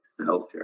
healthcare